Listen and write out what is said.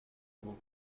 vaut